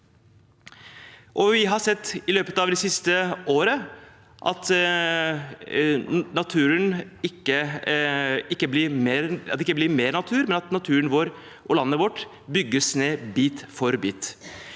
i løpet av det siste året sett at det ikke blir mer natur, men at naturen og landet vårt bygges ned bit for bit.